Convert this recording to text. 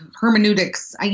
hermeneutics